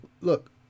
look